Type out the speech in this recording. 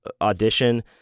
audition